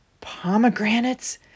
pomegranates